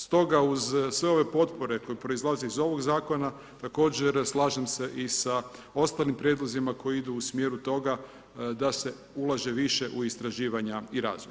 Stoga uz sve ove potpore koje proizlaze iz ovog zakona također slažem se i sa ostalim prijedlozima koji idu u smjeru toga da se ulaže više u istraživanja i razvoj.